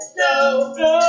no